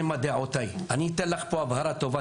מה דעותיי אבל אני אתן לך הבהרה טובה.